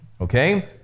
Okay